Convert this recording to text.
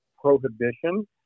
prohibition